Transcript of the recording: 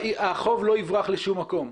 החוב לא יברח לשום מקום.